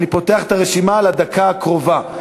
אני פותח את הרשימה לדקה הקרובה.